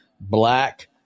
black